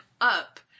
up